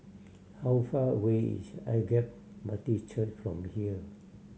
how far away is Agape Baptist Church from here